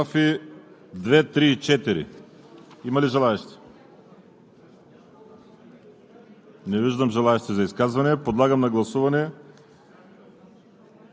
Имате думата за изказвания по предложенията за нови параграфи 2, 3 и 4. Има ли желаещи?